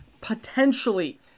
potentially